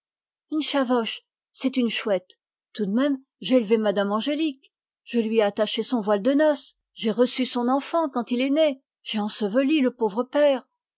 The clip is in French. une chavoche c'est une chouette tout de même j'ai élevé mme angélique je lui ai attaché son voile de noces j'ai reçu son enfant quand il est né j'ai enseveli le pauvre père